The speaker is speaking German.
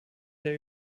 der